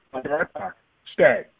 Stay